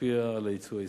המשפיע על היצוא הישראלי.